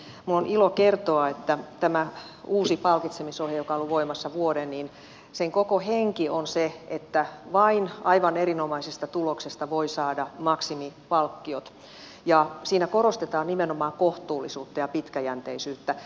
minulla on ilo kertoa että tämän uuden palkitsemisohjeen joka on ollut voimassa vuoden koko henki on se että vain aivan erinomaisesta tuloksesta voi saada maksimipalkkiot ja siinä korostetaan nimenomaan kohtuullisuutta ja pitkäjänteisyyttä